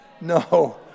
No